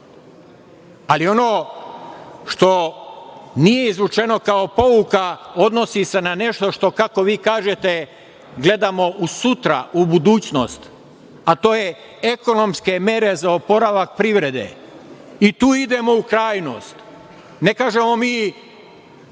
radi. Ono što nije izvučeno kao pouka, odnosi se na nešto što, kako vi kažete, gledamo u sutra, u budućnost, a to je ekonomske mere za oporavak privrede i tu idemo u krajnost. Ne kažemo mi